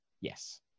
yes